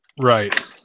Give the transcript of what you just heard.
Right